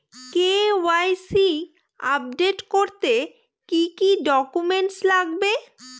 KYC update করতে কি কি ডকুমেন্টস লাগবে?